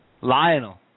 Lionel